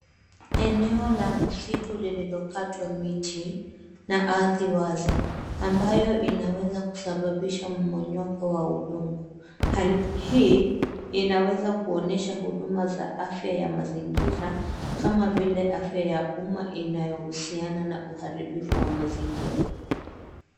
Eneo la msitu lililokatwa miti ardhi na wazi ambayo inaweza kusababisha mmonyoko wa udongo. Hali hii inaweza kuonyesha huduma za afya ya mazingira kama vile afya ya uma inayohusiana na uharibifu wa mazingira.